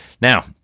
Now